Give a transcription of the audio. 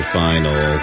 final